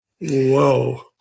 Whoa